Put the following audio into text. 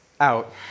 Out